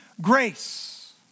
grace